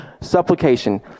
Supplication